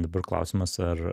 dabar klausimas ar